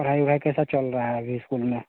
पढ़ाई ओढ़ाई कैसा चल रहा है अभी इस्कूल में